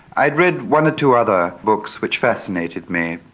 i'd read one or two other books which fascinated me,